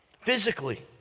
Physically